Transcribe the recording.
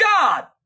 God